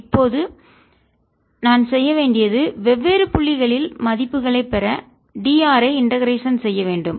இப்போது நான் செய்ய வேண்டியது வெவ்வேறு புள்ளிகளில் மதிப்புகளைப் பெற d r ஐ இண்டெகரேஷன் செய்ய வேண்டும்